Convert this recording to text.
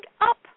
up